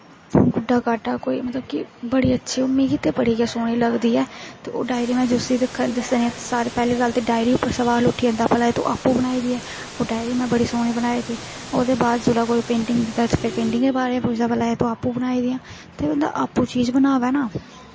गुड्डा गड्डा कोई मतलब की बड़ी अच्छी मिगी ते बड़ी गै सोह्नी लगदी ऐ ओह् डायरी जिसी में दस्सनी आं कि ओह् डायरी पर सोआल उट्ठी जंदा भला एह् तूं आपूं बनाई दी ऐ ओह् डायरी में बड़ी सोह्नी बनाई दी ऐ ओह्दे बाद जिसलै कोई पेंटिंग दे बारे च पुछदा एह् तूं आपूं बनाई दियां ते बंदा आपूं चीज बनाए ना